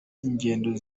ingendo